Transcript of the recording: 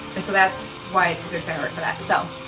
and so that's why it's a good fabric for that so.